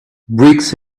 bricks